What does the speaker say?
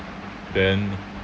then